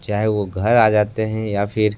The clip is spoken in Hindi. चाहे वो घर आ जाते हैं या फिर